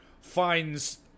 finds